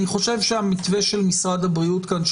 אני חושב שהמתווה שמשרד הבריאות מדבר עליו